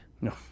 No